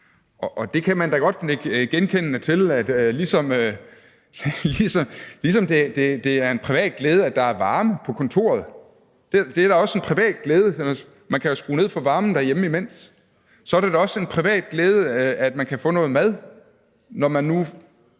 og det kan man da godt nikke genkendende til, ligesom det er en privat glæde, at der er varme på kontoret. Det er da også en privat glæde – man kan jo skrue ned for varmen derhjemme imens – og så er det da også en privat glæde, at man kan få noget mad, når man nu